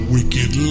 Wicked